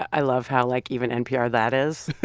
i love how, like, even npr that is?